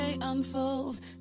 Unfolds